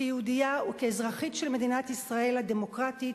כיהודייה וכאזרחית של מדינת ישראל הדמוקרטית,